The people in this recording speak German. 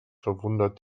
verwundert